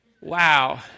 Wow